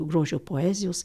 grožio poezijos